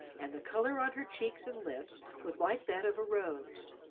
and the colour on her cheeks and lips was like that of a rose.